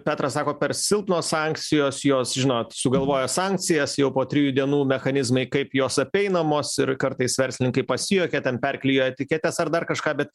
petras sako per silpnos sankcijos jos žinot sugalvoja sankcijas jau po trijų dienų mechanizmai kaip jos apeinamos ir kartais verslininkai pasijuokia ten perklijuoja etiketes ar dar kažką bet